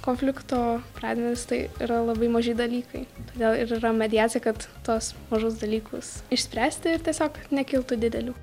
konflikto pradmenys tai yra labai maži dalykai todėl ir yra mediacija kad tuos mažus dalykus išspręsti ir tiesiog nekiltų didelių